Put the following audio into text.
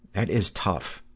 that is tough.